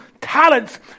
talents